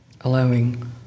allowing